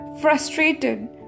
frustrated